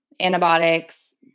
antibiotics